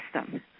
system